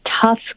tough